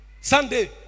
Sunday